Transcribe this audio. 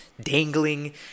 dangling